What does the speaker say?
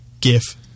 GIF